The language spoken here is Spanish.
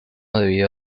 debido